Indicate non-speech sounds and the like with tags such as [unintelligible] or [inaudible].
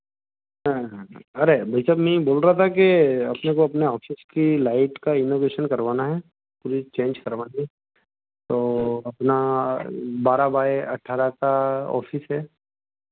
[unintelligible] अरे भाईसाब में यह बोल रहा था के अपने को अपना ऑफिस की लाइट का इनोवेशन करवाना है प्लीज चेंज करवा दो तो अपना बारह बाय अठारह का ऑफिस है